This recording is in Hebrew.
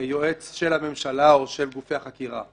כיועץ של הממשלה או של גופי החקירה.